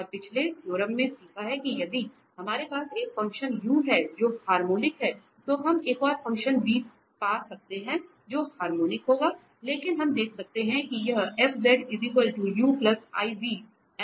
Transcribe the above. और हमने पिछले थ्योरम में सीखा है कि यदि हमारे पास एक फंक्शन u है जो हार्मोनिक है तो हम एक और फ़ंक्शन v पा सकते हैं जो हार्मोनिक होगा लेकिन हम देख सकते हैं कि यह f u iv अनलिटिक है